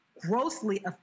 grossly